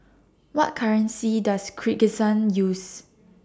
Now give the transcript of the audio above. What currency Does Kyrgyzstan use